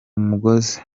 mugozi